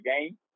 game